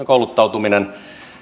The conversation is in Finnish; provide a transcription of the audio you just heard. kouluttautuminen